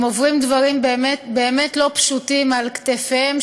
הם עומסים דברים באמת לא פשוטים על כתפיהם,